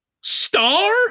star